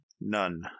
None